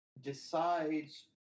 decides